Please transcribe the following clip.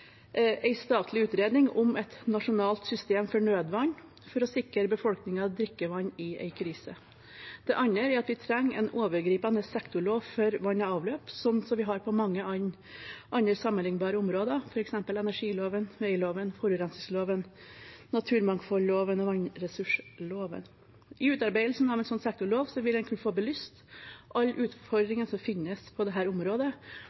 statlig utredning om et nasjonalt system for nødvann for å sikre befolkningen drikkevann i en krise. Det andre er at vi trenger en overgripende sektorlov for vann og avløp, slik vi har på mange andre sammenlignbare områder, f.eks. energiloven, vegloven, forurensningsloven, naturmangfoldloven og vannressursloven. I utarbeidelsen av en sånn sektorlov vil en kunne få belyst alle utfordringene som finnes på området,